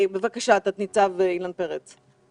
בבקשה, תת ניצב אילן פרץ.